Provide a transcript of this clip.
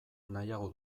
nahiago